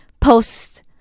post